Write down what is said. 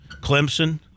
Clemson